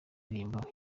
indirimbo